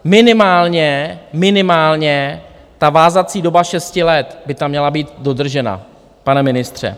Minimálně, minimálně ta vázací doba šesti let by tam měla být dodržena, pane ministře!